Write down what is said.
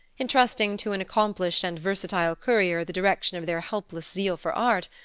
entrusting to an accomplished and versatile courier the direction of their helpless zeal for art,